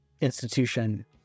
institution